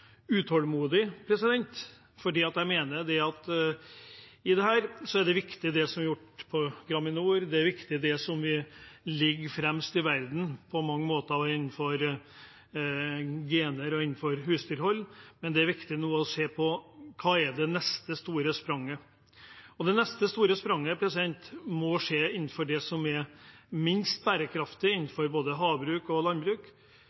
utålmodig – mener jeg at det er viktig, det som er gjort på Graminor, det er viktig, det som vi på mange måter ligger fremst i verden på, innenfor gener og husdyrhold, men at det nå er viktig å se på hva som er det neste store spranget. Det neste store spranget må skje innenfor det som er minst bærekraftig innenfor både havbruk og landbruk,